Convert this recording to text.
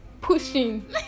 pushing